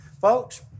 Folks